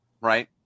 Right